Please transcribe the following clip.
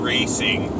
Racing